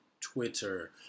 Twitter